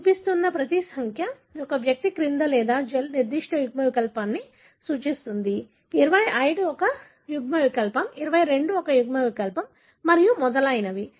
మీరు చూపిస్తున్న ప్రతి సంఖ్య ఒక వ్యక్తి క్రింద లేదా జెల్లో నిర్దిష్ట యుగ్మ వికల్పాన్ని సూచిస్తుంది 25 ఒక యుగ్మవికల్పం 22 ఒక యుగ్మవికల్పం మరియు మొదలైనవి